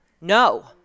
No